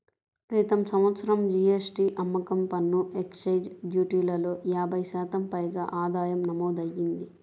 క్రితం సంవత్సరం జీ.ఎస్.టీ, అమ్మకం పన్ను, ఎక్సైజ్ డ్యూటీలలో యాభై శాతం పైగా ఆదాయం నమోదయ్యింది